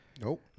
Nope